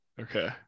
Okay